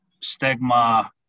stigma